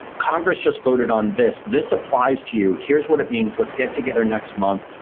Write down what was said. congress just voted on this. this applies to you. here's what it means. let's get together next month,